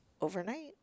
overnight